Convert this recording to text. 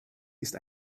ist